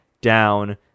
down